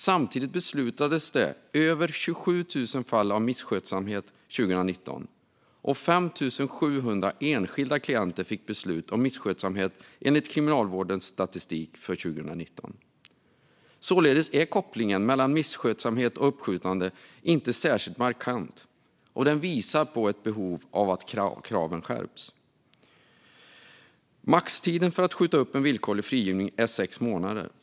Samtidigt beslutades om över 27 000 fall av misskötsamhet 2019, och 5 700 enskilda klienter fick beslut om misskötsamhet, enligt Kriminalvårdens statistik för 2019. Således är kopplingen mellan misskötsamhet och uppskjutande inte särskilt markant, vilket visar på ett behov av att kraven skärps. Maxtiden för att skjuta upp en villkorlig frigivning är sex månader.